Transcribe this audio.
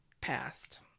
passed